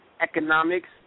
economics